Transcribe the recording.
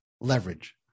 leverage